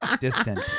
Distant